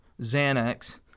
Xanax